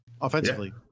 offensively